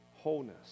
wholeness